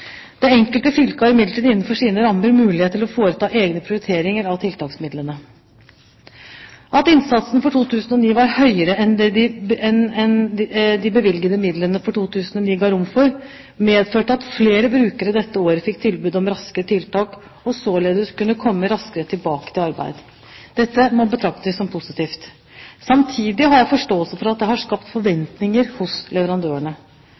Det enkelte fylke har imidlertid innenfor sine rammer mulighet til å foreta egne prioriteringer av tiltaksmidlene. At innsatsen for 2009 var høyere enn det de bevilgede midler for 2009 ga rom for, medførte at flere brukere dette året fikk tilbud om Raskere tilbake og således kunne komme raskere tilbake til arbeid. Dette må betraktes som positivt. Samtidig har jeg forståelse for at det har skapt forventninger hos leverandørene.